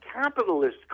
capitalist